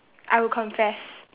I would confess